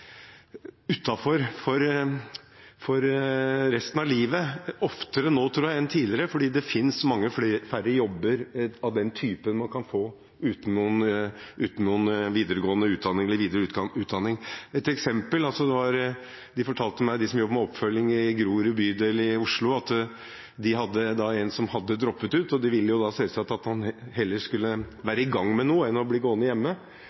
for resten av livet – oftere nå enn tidligere, tror jeg – fordi det finnes mange færre jobber av den typen man kan få uten videregående utdanning. Jeg har et eksempel på det. De som jobber med oppfølging i Grorud bydel i Oslo fortalte meg at de hadde en som hadde droppet ut. De ville selvsagt at han heller skulle være i gang med noe enn å bli gående hjemme,